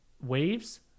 waves